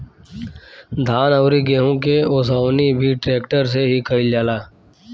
धान अउरी गेंहू के ओसवनी भी ट्रेक्टर से ही कईल जाता